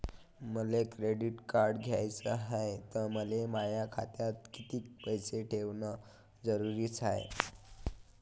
मले credit card घ्याचं हाय, त मले माया खात्यात कितीक पैसे ठेवणं जरुरीच हाय?